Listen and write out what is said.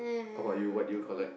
how about you what do you collect